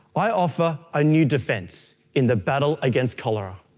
i offer a new defence in the battle against cholera.